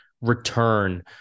return